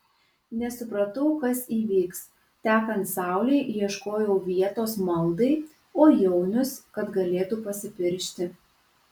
nesupratau kas įvyks tekant saulei ieškojau vietos maldai o jaunius kad galėtų pasipiršti